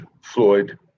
Floyd